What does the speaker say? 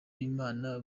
b’imana